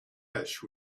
ash